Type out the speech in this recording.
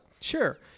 Sure